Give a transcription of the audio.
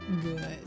good